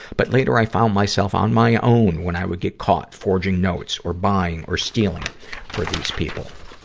but later, i found myself on my own when i would get caught forging notes or buying or stealing for these people.